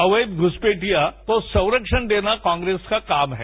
अवैध घुसपैठियों को संरक्षण देना कांग्रेस का काम है